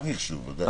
רק על מחשוב, בוודאי.